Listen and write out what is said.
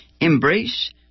embrace